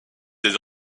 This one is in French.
des